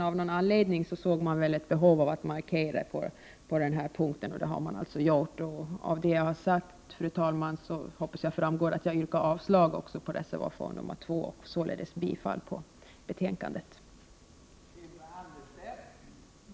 Av någon anledning såg väl folkpartiet behov av att markera sin mening. Av vad jag har sagt, fru talman, hoppas jag framgår att jag yrkar avslag på reservation 2 och således bifall till utskottets hemställan.